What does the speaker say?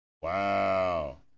Wow